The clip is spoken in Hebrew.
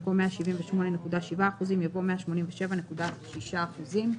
במקום "178.7%" יבוא "187.6%".